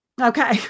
Okay